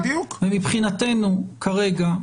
ומבחינתנו כרגע,